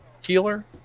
healer